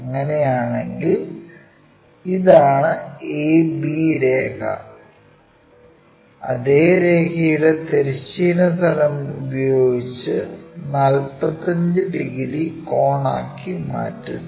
അങ്ങനെയാണെങ്കിൽ ഇതാണ് a b രേഖ അതേ രേഖയുടെ തിരശ്ചീന തലം ഉപയോഗിച്ച് 45 ഡിഗ്രി കോണാക്കി മാറ്റുന്നു